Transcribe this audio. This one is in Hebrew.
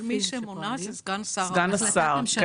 מי שמונה זה סגן שר האוצר.